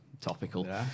topical